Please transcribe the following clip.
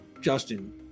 Justin